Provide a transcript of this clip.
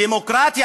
דמוקרטיה,